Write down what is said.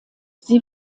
sie